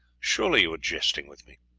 surely you are jesting with me.